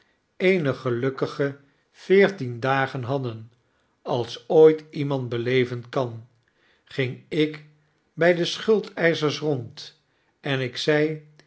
een gelukkige veertien dagen hadden als ooit iemand beleven kan ging ik by de schuldeischers rond en ik zei